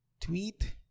tweet